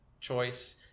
choice